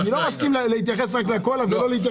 אני לא יודע מה משרד האוצר שלף את החלק שלו אבל זאת